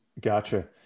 Gotcha